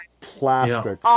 Plastic